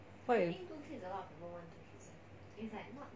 what if